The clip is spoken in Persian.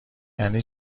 یعنی